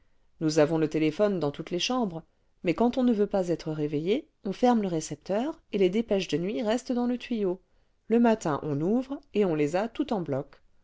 nous avons le téléphone dans toutes les chambres mais quand on ne veut pas être réveillé on ferme le récepteur et les dépêches de nuit restent dans le tuyau le matin on ouvre et on les a toutes en bloc